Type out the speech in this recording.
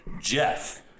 Jeff